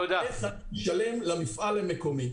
איך אשלם למפעל המקומי?